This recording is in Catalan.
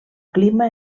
clima